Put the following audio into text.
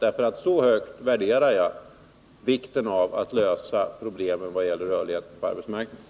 Så högt värderar jag alla framsteg att lösa problemen då det gäller rörligheten på arbetsmarknaden.